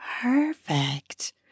Perfect